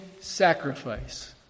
sacrifice